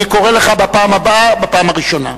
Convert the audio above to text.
אני קורא לך בפעם הבאה בפעם הראשונה.